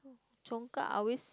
Congkak I always